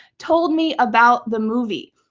told me about the movie.